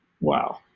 wow